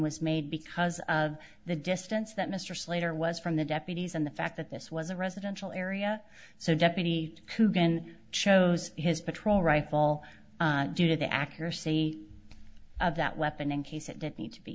was made because of the distance that mr slater was from the deputies and the fact that this was a residential area so deputy coogan chose his patrol rifle due to the accuracy of that weapon in case it did need to be